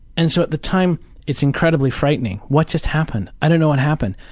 and so at the time it's incredibly frightening. what just happened? i don't know what happened.